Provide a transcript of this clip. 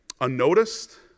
unnoticed